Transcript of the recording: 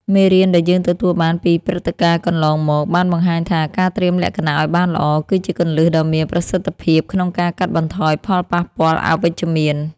មេរៀនដែលយើងទទួលបានពីព្រឹត្តិការណ៍កន្លងមកបានបង្ហាញថា ការត្រៀមលក្ខណៈឱ្យបានល្អ គឺជាគន្លឹះដ៏មានប្រសិទ្ធភាពក្នុងការកាត់បន្ថយផលប៉ះពាល់អវិជ្ជមាន។